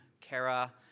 Kara